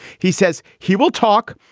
he says he will talk.